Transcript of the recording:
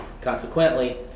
consequently